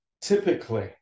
typically